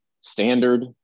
standard